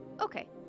okay